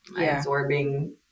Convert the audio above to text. absorbing